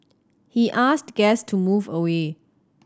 he asked guest to move away